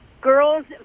girls